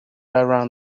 around